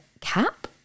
cap